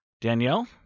Danielle